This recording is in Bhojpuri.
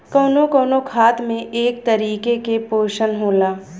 कउनो कउनो खाद में एक तरीके के पोशन होला